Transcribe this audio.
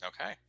okay